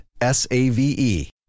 S-A-V-E